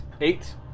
Eight